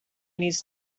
نیز